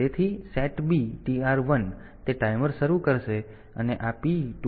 તેથી SETB TR 1 તેથી તે ટાઈમર શરૂ કરશે અને આ P2